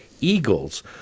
eagles